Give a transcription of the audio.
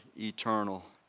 eternal